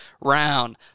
round